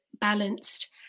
balanced